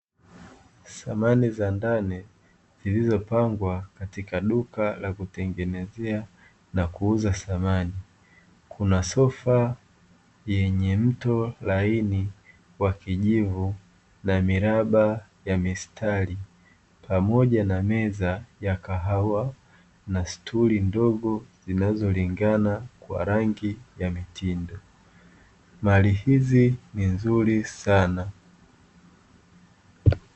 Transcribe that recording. Samani za ndani zilizopangwa katika duka la kutengenezea na kuuza samani. Kuna sofa yenye mto laini wa kijivu na miraba ya mistari, pamoja na meza ya kahawa, na stuli ndogo zinazolingana kwa rangi ya mitindo. Mali hizi ni nzuri sana.